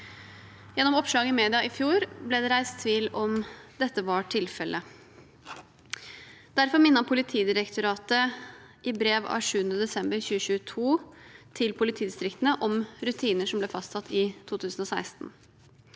Gjennom oppslag i media i fjor ble det reist tvil om dette var tilfellet. Derfor minnet Politidirektoratet, POD, i brev av 7. desember 2022 til politidistriktene om rutiner som ble fastsatt i 2016.